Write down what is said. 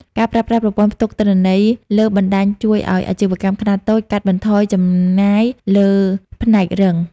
ការប្រើប្រាស់ប្រព័ន្ធផ្ទុកទិន្នន័យលើបណ្ដាញជួយឱ្យអាជីវកម្មខ្នាតតូចកាត់បន្ថយចំណាយលើផ្នែករឹង។